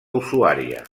usuària